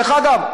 דרך אגב,